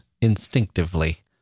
instinctively